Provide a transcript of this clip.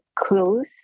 close